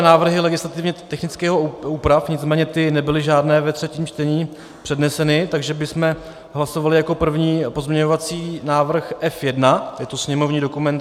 Návrhy legislativně technických úprav, nicméně ty nebyly žádné ve třetím čtení předneseny, takže bychom hlasovali jako první pozměňovací návrh F1, je to sněmovní dokument 2396.